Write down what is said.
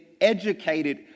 educated